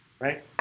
right